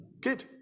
good